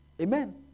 Amen